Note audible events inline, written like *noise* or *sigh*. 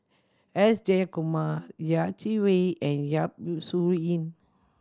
S Jayakumar Yeh Chi Wei and Yap *unintelligible* Su Yin